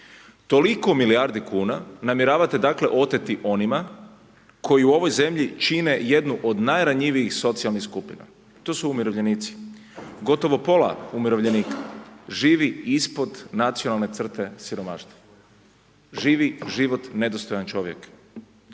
Toliko milijardi kuna namjeravate dakle oteti onima koji u ovoj zemlji čine jednu od najranjivijih socijalnih skupina, to su umirovljenici. Gotovo pola umirovljenika živi ispod nacionalne crte siromaštva. Živi život nedostojan čovjeka.